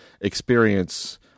experience